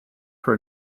for